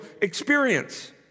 experience